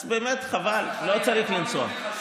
אז באמת חבל, לא צריך לנסוע.